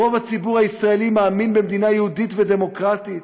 רוב הציבור הישראלי מאמין במדינה יהודית ודמוקרטית,